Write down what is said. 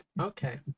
Okay